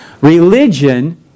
religion